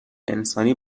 انسانی